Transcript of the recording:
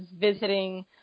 visiting